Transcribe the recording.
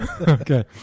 Okay